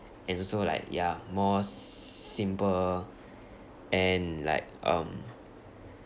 and it's also like ya more simple and like um